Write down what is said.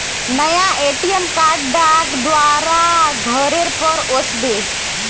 नया ATM card डाक द्वारा घरेर पर ओस बे